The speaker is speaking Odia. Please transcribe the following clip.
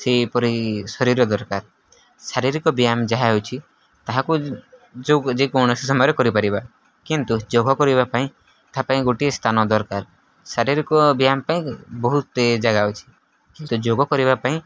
ସେହିପରି ଶରୀରର ଦରକାର ଶାରୀରିକ ବ୍ୟାୟାମ ଯାହା ହେଉଛି ତାହାକୁ ଯେ କୌଣସି ସମୟରେ କରିପାରିବା କିନ୍ତୁ ଯୋଗ କରିବା ପାଇଁ ତା' ପାଇଁ ଗୋଟିଏ ସ୍ଥାନ ଦରକାର ଶାରୀରିକ ବ୍ୟାୟାମ ପାଇଁ ବହୁତ ଜାଗା ଅଛି କିନ୍ତୁ ଯୋଗ କରିବା ପାଇଁ